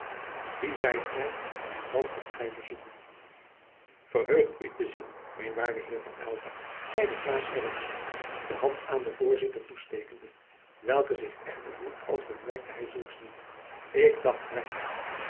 wie zijt gij en wat komt gij hier zoeken verheugd u te zien mijn waarde heer van aylva zeide claes gerritsz de hand aan den voorzitter toestekende welke zich echter hield als bemerkte hij zulks niet ik dacht weinig